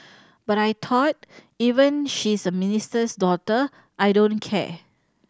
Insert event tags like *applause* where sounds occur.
*noise* but I thought even she's a minister's daughter I don't care